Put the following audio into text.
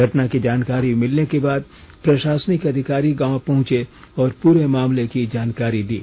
घटना की जानकारी मिलने के बाद प्रशासनिक अधिकारी गांव पहुंचे और पूरे मामले की जानकारी ली